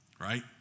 right